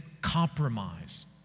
compromise